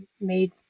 made